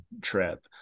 trip